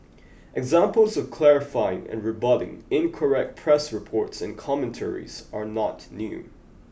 examples of clarifying and rebutting incorrect press reports and commentaries are not new